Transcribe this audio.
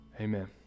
Amen